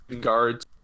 guards